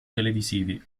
televisivi